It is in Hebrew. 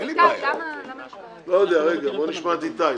בוא נשמע את איתי.